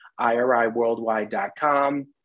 iriworldwide.com